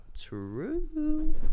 true